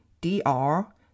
D-R